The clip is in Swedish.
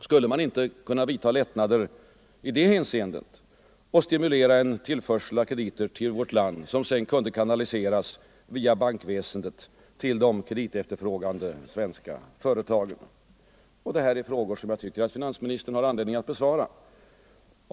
Skulle man inte kunna vidta lättnader i det hänseendet och stimulera en tillförsel av krediter till vårt land som sedan kunde kanaliseras via bankväsendet till de kreditefterfrågande svenska företagen? Detta är frågor som jag tycker att finansministern har anledning besvara.